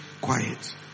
quiet